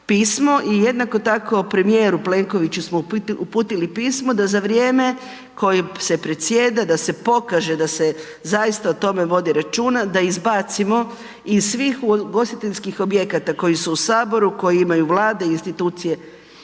i jednako tako, premijeru Plenkoviću smo uputili pismo da za vrijeme kojim se predsjeda da se pokaže da se zaista o tome vodi računa, da izbacimo iz svih ugostiteljskih objekata koji su u Saboru, koji imaju Vlade i institucije